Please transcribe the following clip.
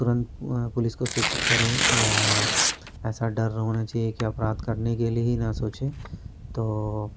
तुरंत पुलिस को सूचित करें या ऐसा डर होना चाहिए कि अपराध करने के लिए ही न सोचें तो